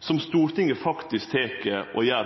Stortinget gjer faktisk